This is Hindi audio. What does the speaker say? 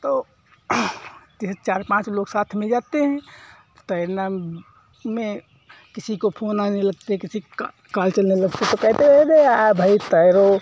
तो ये हैं जैसे चार पांच लोग साथ में जाते हैं तैरना में किसी को फोन आएंगे तो किसी काल चलने लगती हैं तो कहते हैं भाई तैरो